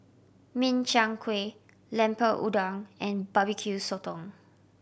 Min Chiang Kueh Lemper Udang and barbecu sotong